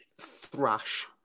thrash